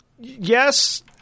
Yes